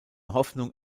hoffnung